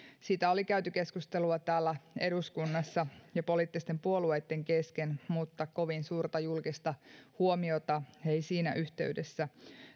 siitä oli käyty keskustelua täällä eduskunnassa jo poliittisten puolueitten kesken mutta kovin suurta julkista huomiota se ei siinä yhteydessä